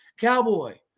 cowboy